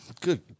Good